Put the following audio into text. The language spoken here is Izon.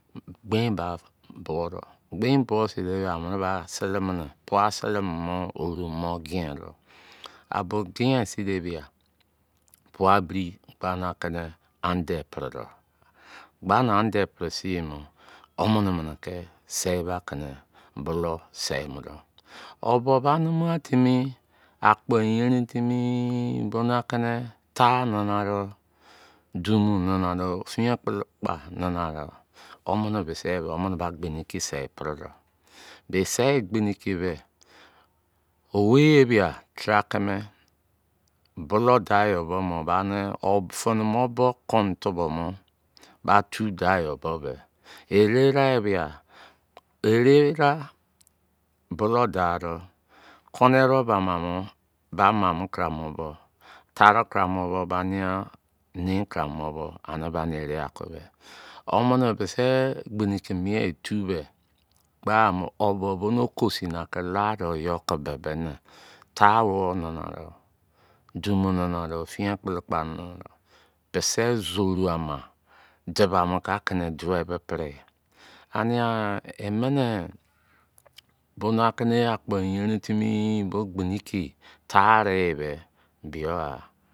Gbein ba buọ dọ gbein bo sin de bia, amini ba pua sili mini pua sili mumo oru mo gien do. A bo gien sin de bia, pua biri gbaa na kini anfe pri do gba ni ande pri sin ibọ womini mini ki sei ba ki bulou sei mu dọ. O̱ bo ba numugha timi akpo eyenrin timi to na kini tau nana do. Durnu nana do. Fin-akpala kpa nana dọ. Womini bisi ye bẹ gbiniki sei pri do. Be sei gbiniki bẹ owei ye bia, taara kimi bolou da yọ bọ mọ bani ọ fi̱ni mo bo konẹ tụbọu̱ ba tuu da yọ bo̱ be̱. Ere raụ e bịa, ererau̱ bọlọu daa dọ, kọnẹ erewoubaụ ma mọ, ba maa mo. Kara mno bọ, taarọ karamọ bọ ba nein karamo bo̱. Anị ba nị ere aku bẹ. Womini bisi gbiniki mien yi tu bẹ, gbaa mọ ọ bo bo nokosu nakila dẹ yọ kị bibi nị. Tau-awou nana do, dumu nana do, finakpalakpa nana do. Bisi zoru-ama. Dubamo kiaki duwei pri yi. Ania emini bona kini akpo eyenrin timi bo gbiniki taụ-ari yi bẹ biyọgha.